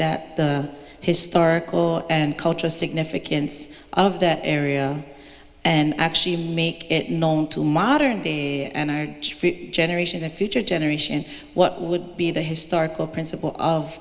that the historic or and cultural significance of that area and actually make it known to modern day and generation a future generation what would be the historical principle of